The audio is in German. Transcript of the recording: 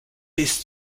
bis